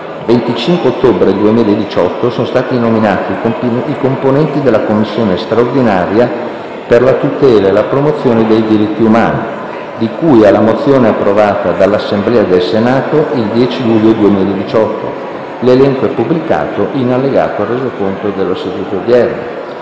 25 ottobre 2018 sono stati nominati i componenti della Commissione straordinaria per la tutela e la promozione dei diritti umani, di cui alla mozione approvata dall'Assemblea del Senato il 10 luglio 2018. L'elenco è pubblicato in allegato al Resoconto della seduta odierna.